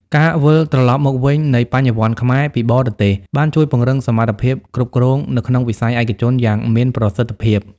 ការវិលត្រឡប់មកវិញនៃ "បញ្ញវន្តខ្មែរ" ពីបរទេស បានជួយពង្រឹងសមត្ថភាពគ្រប់គ្រងនៅក្នុងវិស័យឯកជនយ៉ាងមានប្រសិទ្ធភាព។